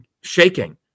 shaking